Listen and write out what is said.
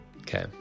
Okay